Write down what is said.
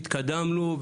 התקדמנו,